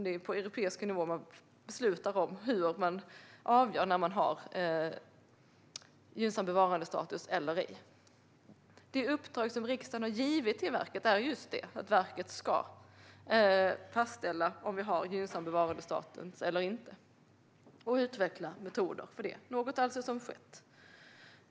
Det är på europeisk nivå det beslutas om hur man avgör när man har en gynnsam bevarandestatus eller ej. Det uppdrag riksdagen har givit till verket är just detta - att verket ska fastställa om vi har en gynnsam bevarandestatus eller inte och utveckla metoder för det, något som alltså har skett.